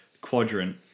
quadrant